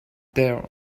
there